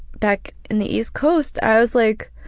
back in the east coast, i was like